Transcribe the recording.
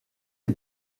est